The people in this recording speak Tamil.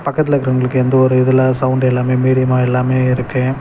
பக்கத்தில் இருக்கிறவங்களுக்கு எந்த ஒரு இதுலாம் சவுண்ட் எல்லாமே மீடியமாக எல்லாமே இருக்குது